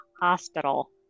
hospital